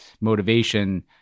motivation